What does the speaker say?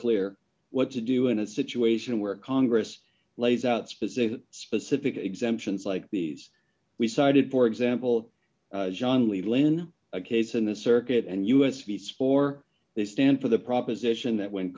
clear what to do in a situation where congress lays out specific specific exemptions like these we cited for example john lee lynn a case in the circuit and us vs for they stand for the proposition that when